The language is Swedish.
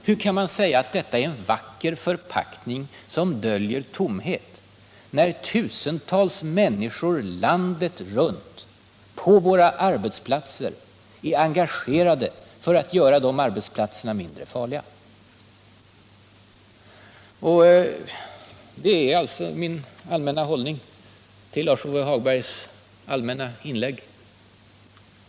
Hur kan man säga att detta är ”en vacker förpackning som döljer tomhet”? I stället är det så att tusentals människor på våra arbetsplatser landet runt är engagerade för att göra de arbetsplatserna mindre farliga. Det är alltså min allmänna hållning till Lars-Ove Hagbergs allmänna inlägg.